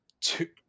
two